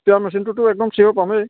spray মেচিনটো একদম চিযোৰ পামেই